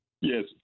Yes